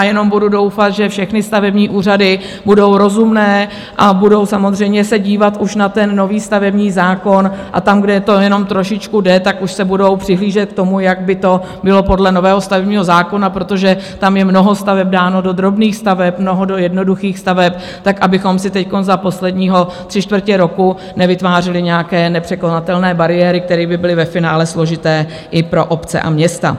Jenom budu doufat, že všechny stavební úřady budou rozumné a budou samozřejmě se dívat už na nový stavební zákon a tam, kde to jenom trošičku jde, už budou přihlížet k tomu, jak by to bylo podle nového stavebního zákona, protože tam je mnoho staveb dáno do drobných staveb, mnoho do jednoduchých staveb tak, abychom si teď za posledního tři čtvrtě roku nevytvářeli nějaké nepřekonatelné bariéry, který by byly ve finále složité i pro obce a města.